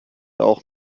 auch